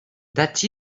that